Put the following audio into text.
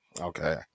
Okay